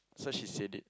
so she said it